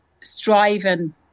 striving